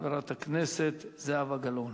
חברת הכנסת זהבה גלאון.